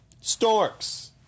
Storks